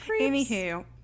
Anywho